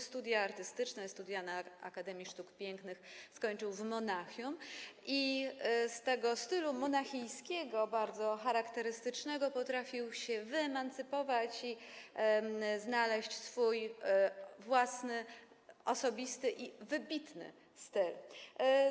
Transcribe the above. Studia artystyczne, studia na Akademii Sztuk Pięknych, skończył w Monachium i z tego stylu monachijskiego, bardzo charakterystycznego, potrafił się wyemancypować i znaleźć swój własny, osobisty i wybitny styl.